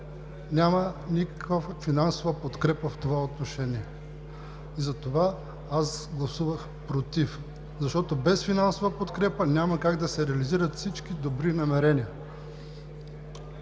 няма никаква финансова подкрепа в това отношение и затова аз гласувах „против“. Защото без финансова подкрепа няма как да се реализират всички добри намерения.